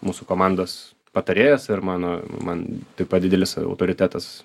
mūsų komandos patarėjas ir mano man taip pat didelis autoritetas